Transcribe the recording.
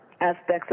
aspects